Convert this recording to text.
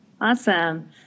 Awesome